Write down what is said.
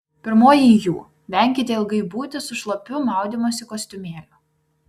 pirmoji jų venkite ilgai būti su šlapiu maudymosi kostiumėliu